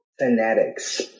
fanatics